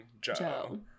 Joe